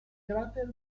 cráter